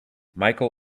michael